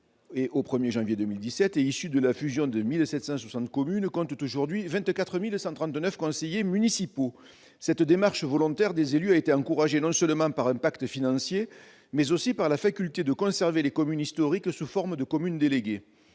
au 1 janvier 2017, issues de la fusion de 1 760 communes, comptent aujourd'hui 24 139 conseillers municipaux. Cette démarche volontaire des élus a été encouragée non seulement par un pacte financier, mais aussi par la faculté de conserver les communes historiques sous forme de communes déléguées.